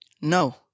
No